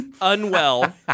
unwell